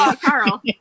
Carl